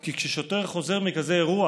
כי כששוטר חוזר מכזה אירוע